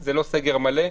זה לא סגר מלא.